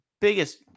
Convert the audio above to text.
biggest